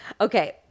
Okay